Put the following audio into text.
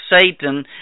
Satan